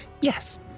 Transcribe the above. Yes